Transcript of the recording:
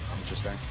Interesting